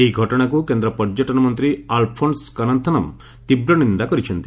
ଏହି ଘଟଣାକୁ କେନ୍ଦ୍ର ପର୍ଯ୍ୟଟନ ମନ୍ତ୍ରୀ ଆଲ୍ଫୋନ୍ସ୍ କନ୍ନଥନମ୍ ତୀବ୍ର ନିନ୍ଦା କରିଛନ୍ତି